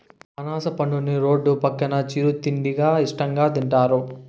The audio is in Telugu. అనాస పండుని రోడ్డు పక్కన చిరు తిండిగా ఇష్టంగా తింటారు